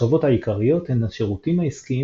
השכבות העיקריות הן השירותים העסקיים